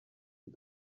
die